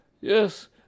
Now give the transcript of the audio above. Yes